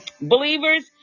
Believers